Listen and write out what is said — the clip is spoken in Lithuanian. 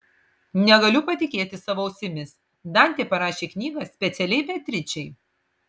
negaliu patikėti savo ausimis dantė parašė knygą specialiai beatričei